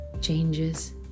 changes